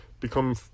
become